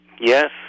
Yes